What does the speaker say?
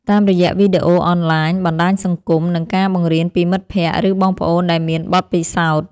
តាមរយៈវីដេអូអនឡាញ បណ្តាញសង្គម និងការបង្រៀនពីមិត្តភក្តិ ឬបងប្អូនដែលមានបទពិសោធន៍។